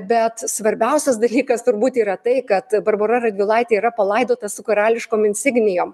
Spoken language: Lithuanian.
bet svarbiausias dalykas turbūt yra tai kad barbora radvilaitė yra palaidota su karališkom insignijom